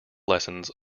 lessons